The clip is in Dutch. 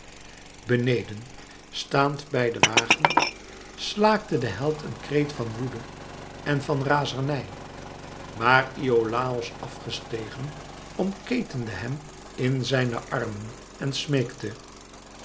staand bij den wagen slaakte de held een kreet van woede en van razernij maar iolàos af gestegen ornketende hem in zijne armen en